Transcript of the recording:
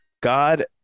God